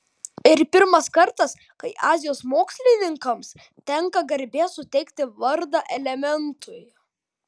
ir pirmas kartas kai azijos mokslininkams tenka garbė suteikti vardą elementui